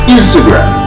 Instagram